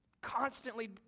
constantly